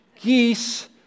geese